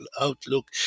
outlook